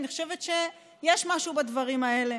אני חושבת שיש משהו בדברים האלה.